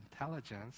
intelligence